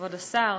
כבוד השר,